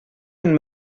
and